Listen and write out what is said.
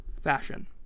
fashion